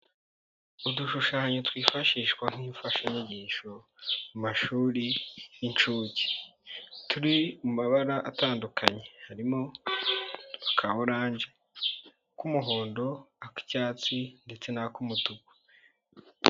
Udushushanyo twifashishwa nk'imfashanyigisho mu mashuri y'incuke, turi mu mabara atandukanye harimo: aka oranje, ak'umuhondo, ak'icyatsi ndetse n'ak'umutuku.